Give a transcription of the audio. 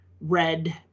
red